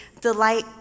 Delight